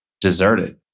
deserted